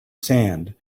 sand